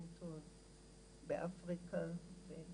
באפריקה גם